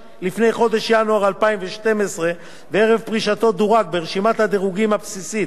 וערב פרישתו דורג ברשימת הדירוגים הבסיסית שבתוספת הראשונה,